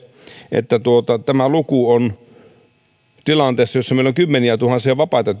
että tämä luku on tilanteesta jossa meillä on kymmeniä tuhansia vapaita